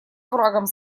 оврагам